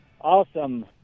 Awesome